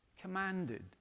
commanded